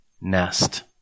nest